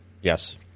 Yes